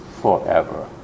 forever